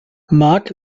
marc